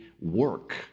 work